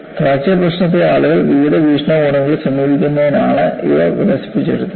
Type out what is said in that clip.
fracture പ്രശ്നത്തെ ആളുകൾ വിവിധ വീക്ഷണകോണുകളിൽ സമീപിക്കുന്നതിനാലാണ് ഇവ വികസിപ്പിച്ചെടുത്തത്